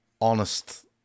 honest